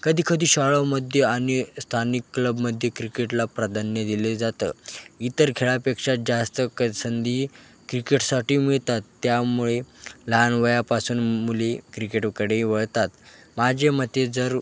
कधी कधी शाळांमध्ये आणि स्थानिक क्लबमध्ये क्रिकेटला प्राधान्य दिले जातं इतर खेळापेक्षा जास्त क संधी क्रिकेटसाठी मिळतात त्यामुळे लहान वयापासून मुली क्रिकेट वकडे वळतात माझे मते जर